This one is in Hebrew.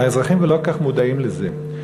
האזרחים לא כל כך מודעים לזה,